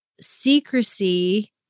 secrecy